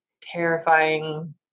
terrifying